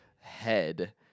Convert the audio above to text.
head